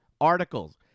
articles